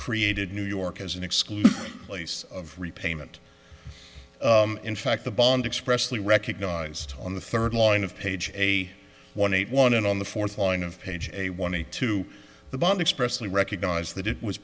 created new york as an exclusive lease of repayment in fact the bond expressly recognized on the third line of page a one eight one and on the fourth line of page a one hundred two the bond expressed we recognize that it was